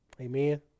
Amen